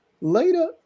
Later